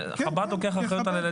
חב"ד לוקח אחריות על הילדים?